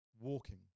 walking